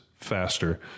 faster